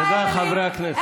תודה, חברי הכנסת.